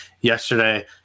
yesterday